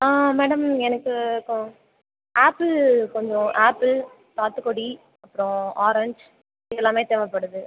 madam எனக்கு கொ apple கொஞ்சம் ஆப்பிள் சாத்துக்குடி அப்புறோம் ஆரஞ்ச் இதெல்லாமே தேவைப்படுது